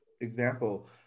example